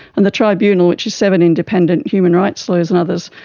and the tribunal, which is seven independent human rights lawyers and others,